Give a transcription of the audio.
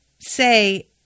say